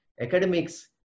academics